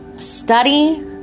study